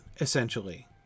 essentially